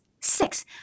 six